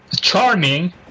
Charming